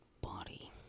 body